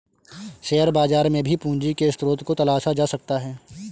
share बाजार में भी पूंजी के स्रोत को तलाशा जा सकता है